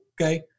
okay